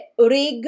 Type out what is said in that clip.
Rig